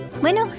Bueno